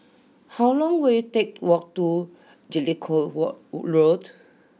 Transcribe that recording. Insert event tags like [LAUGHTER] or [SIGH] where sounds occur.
how long will it take to walk to Jellicoe War [UNINTELLIGIBLE] Road